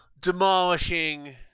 demolishing